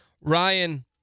ryan